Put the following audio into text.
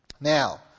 Now